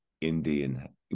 Indian